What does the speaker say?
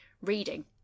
reading